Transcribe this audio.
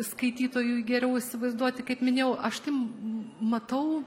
skaitytojui geriau įsivaizduoti kaip minėjau aš matau